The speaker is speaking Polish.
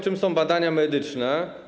Czym są badania medyczne?